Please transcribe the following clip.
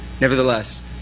Nevertheless